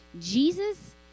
Jesus